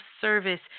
service